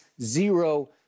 zero